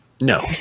No